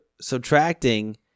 subtracting